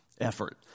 effort